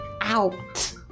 out